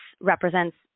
represents